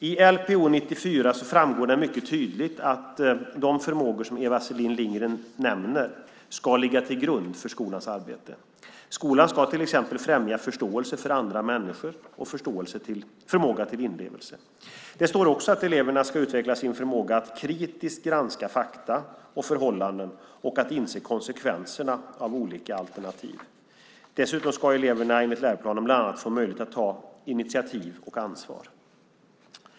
I Lpo 94 framgår det mycket tydligt att de förmågor som Eva Selin Lindgren nämner ska ligga till grund för skolans arbete. Skolan ska till exempel främja förståelse för andra människor och förmåga till inlevelse. Det står också att eleverna ska utveckla sin förmåga att kritiskt granska fakta och förhållanden och att inse konsekvenserna av olika alternativ. Dessutom ska eleverna enligt läroplanen bland annat få möjligheter att ta initiativ och ansvar.